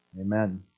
Amen